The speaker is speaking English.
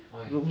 why